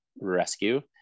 rescue